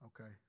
okay